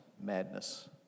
madness